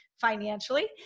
financially